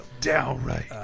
downright